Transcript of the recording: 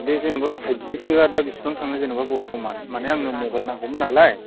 बे जेनेबा फाइफजि सोआ दा बेसेबां थाङो जेनेबा बर्थ'मान माने आंनो मबाइल नांगौमोन नालाय